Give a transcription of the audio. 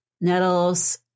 nettles